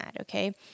okay